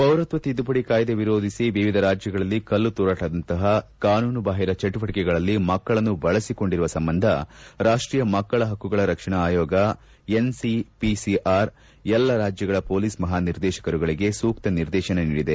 ಪೌರತ್ವ ತಿದ್ದುಪಡಿ ಕಾಯ್ದೆ ವಿರೋಧಿಸಿ ವಿವಿಧ ರಾಜ್ಯಗಳಲ್ಲಿ ಕಲ್ಲು ತೂರಾಟದಂತಹ ಕಾನೂನು ಬಾಹಿರ ಚಟುವಟಕೆಗಳಲ್ಲಿ ಮಕ್ಕಳನ್ನು ಬಳಸಿಕೊಂಡಿರುವ ಸಂಬಂಧ ರಾಷ್ಷೀಯ ಮಕ್ಕಳ ಹಕ್ಕುಗಳ ರಕ್ಷಣಾ ಆಯೋಗ ಎನ್ಸಿಪಿಸಿಆರ್ ಎಲ್ಲಾ ರಾಜ್ಯಗಳ ಪೋಲೀಸ್ ಮಹಾನಿರ್ದೇಶಕರುಗಳಿಗೆ ಸೂಕ್ತ ನಿರ್ದೇಶನ ನೀಡಿದೆ